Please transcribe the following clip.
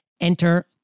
Enter